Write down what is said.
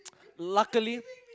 luckily